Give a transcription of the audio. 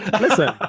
listen